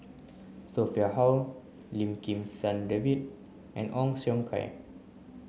Sophia Hull Lim Kim San David and Ong Siong Kai